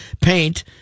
paint